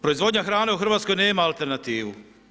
Proizvodnja hrane u Hrvatskoj nema alternativu.